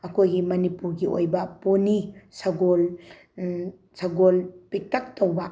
ꯑꯩꯈꯣꯏꯒꯤ ꯃꯅꯤꯄꯨꯔꯒꯤ ꯑꯣꯏꯕ ꯄꯣꯅꯤ ꯁꯒꯣꯜ ꯁꯒꯣꯜ ꯄꯤꯛꯇꯛ ꯇꯧꯕ